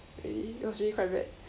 really it was really quite bad